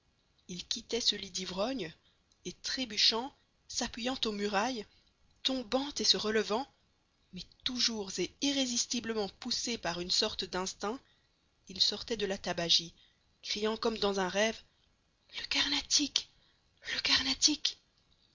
il quittait ce lit d'ivrognes et trébuchant s'appuyant aux murailles tombant et se relevant mais toujours et irrésistiblement poussé par une sorte d'instinct il sortait de la tabagie criant comme dans un rêve le carnatic